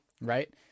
Right